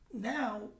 Now